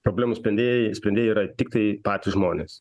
problemų sprendėjai sprendėjai yra tiktai patys žmonės